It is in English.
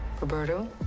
Roberto